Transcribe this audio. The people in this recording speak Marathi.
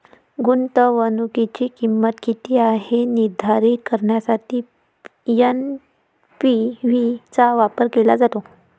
गुंतवणुकीची किंमत किती आहे हे निर्धारित करण्यासाठी एन.पी.वी चा वापर केला जातो